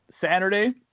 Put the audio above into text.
Saturday